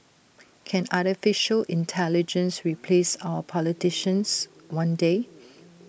can Artificial Intelligence replace our politicians one day